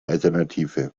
alternative